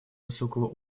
высокого